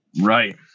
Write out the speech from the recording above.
right